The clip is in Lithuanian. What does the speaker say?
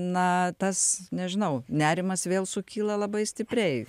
na tas nežinau nerimas vėl sukyla labai stipriai